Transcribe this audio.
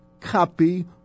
copy